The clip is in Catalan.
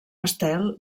estel